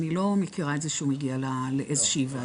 אני לא מכירה את זה שהוא מגיע לאיזושהי ועדה.